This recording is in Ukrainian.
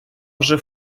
вже